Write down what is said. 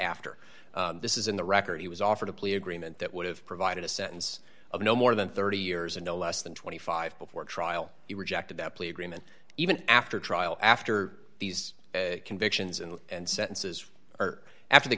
after this is in the record he was offered a plea agreement that would have provided a sentence of no more than thirty years and no less than twenty five dollars before trial he rejected that plea agreement even after trial after these convictions and and sentences are after the